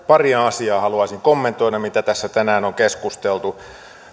paria asiaa haluaisin kommentoida mitä tässä tänään on keskusteltu